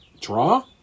draw